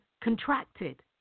contracted